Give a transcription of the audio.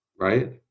right